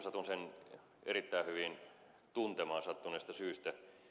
satun sen erittäin hyvin tuntemaan sattuneesta syystä